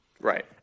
Right